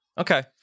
Okay